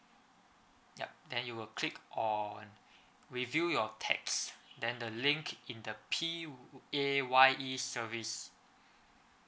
yup then you will click or review your text then the link in the P_A_Y_E service